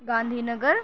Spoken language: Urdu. گاندھی نگر